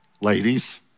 Ladies